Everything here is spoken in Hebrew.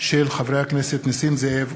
חברי הכנסת נסים זאב,